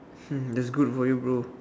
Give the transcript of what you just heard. hmm that's good for you bro